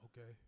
Okay